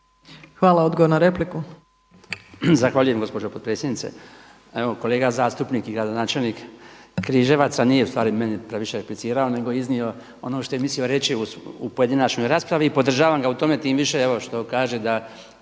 Hvala. Odgovor na repliku.